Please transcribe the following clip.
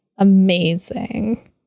Amazing